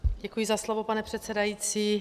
Děkuji za slovo, pane předsedající.